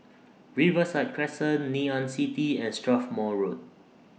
Riverside Crescent Ngee Ann City and Strathmore Road